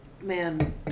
man